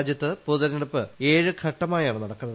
രാജ്യത്ത് പൊതുതെരഞ്ഞെടുപ്പ് ഏഴ് ഘട്ടമായാണ് നടക്കുന്നത്